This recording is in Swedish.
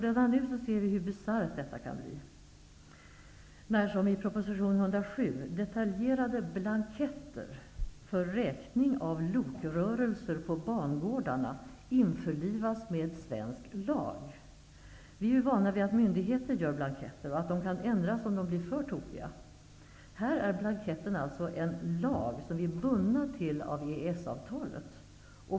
Redan nu ser vi hur bisarrt detta kan bli. Med proposition nr 107 skall detaljerade blanketter för räkning av lokrörelser på bangårdar införlivas med svensk lag. Vi är vana vid att myndigheter utformar blanketter och att de kan ändras om de blir för tokiga. Här har blanketten fastslagits i lag, som vi är bunden till av EES avtalet.